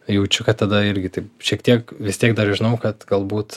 jaučiu kad tada irgi taip šiek tiek vis tiek dar žinau kad galbūt